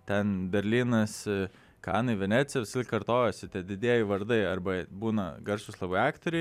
ten berlynas kanai venecija visąlaik kartojasi tie didieji vardai arba būna garsūs aktoriai